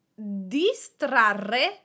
distrarre